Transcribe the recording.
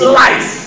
life